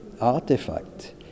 artifact